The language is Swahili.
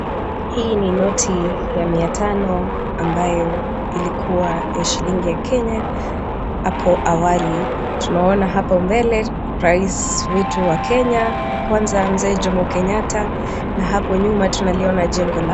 Hii ni noti ya mia tano ambayo ilikuwa ya shilingi ya Kenya hapo awali. Tunaona hapo mbele rais wetu wa Kenya wa kwanza Mzee Jomo Kenyatta na hapo nyuma tunaliona jengo.